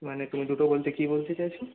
মানে তুমি দুটো বলতে কী বলতে চাইছ